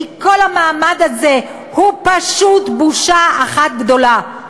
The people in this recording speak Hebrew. כי כל המעמד הזה הוא פשוט בושה אחת גדולה.